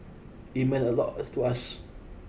it meant a lot to us